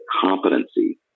competency